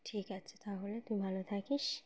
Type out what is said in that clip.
ঠিক আছে তাহলে তুই ভালো থাকিস